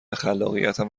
خلاقیتم